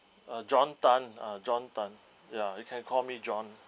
uh john tan uh john tan ya you can call me john